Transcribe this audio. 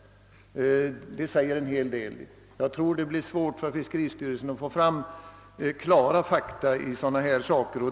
Det säger en hel del.